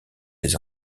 des